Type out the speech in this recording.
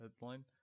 headline